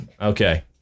Okay